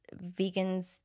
vegans